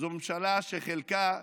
זו ממשלה שחלקה,